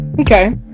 okay